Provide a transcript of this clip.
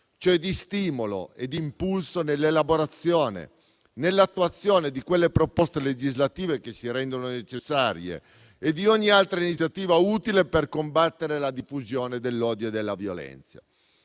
ossia di stimolo e di impulso all'elaborazione e all'attuazione delle proposte legislative necessarie e di ogni altra iniziativa utile per combattere la diffusione dell'odio e della violenza.